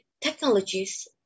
technologies